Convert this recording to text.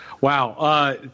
Wow